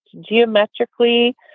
geometrically